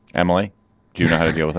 emily, do you know